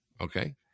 okay